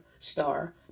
star